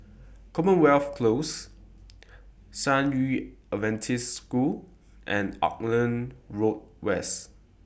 Commonwealth Close San Yu Adventist School and Auckland Road West